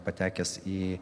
patekęs į